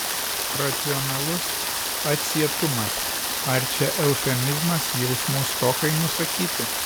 racionalus atsietumas ar čia eufemizmas jausmų stokai nusakyti